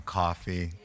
coffee